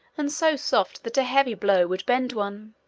and so soft that a heavy blow would bend one.